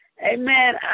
amen